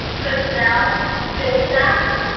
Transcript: personnel, skill sets,